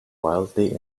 wildly